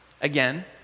again